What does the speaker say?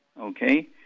Okay